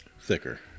thicker